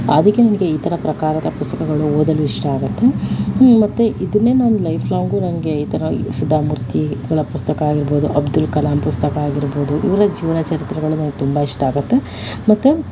ಅದಕ್ಕೆ ನನಗೆ ಈ ಥರ ಪ್ರಕಾರದ ಪುಸ್ತಕಗಳನ್ನು ಓದಲು ಇಷ್ಟ ಆಗತ್ತೆ ಮತ್ತೆ ಇದನ್ನೇ ನಾನು ಲೈಫ್ ಲಾಂಗು ನನಗೆ ಈ ಥರ ಸುಧಾಮೂರ್ತಿಗಳ ಪುಸ್ತಕ ಆಗಿರ್ಬೋದು ಅಬ್ದುಲ್ ಕಲಾಂ ಪುಸ್ತಕ ಆಗಿರ್ಬೋದು ಇವರ ಜೀವನ ಚರಿತ್ರೆಗಳು ನನಗೆ ತುಂಬ ಇಷ್ಟ ಆಗತ್ತೆ ಮತ್ತೆ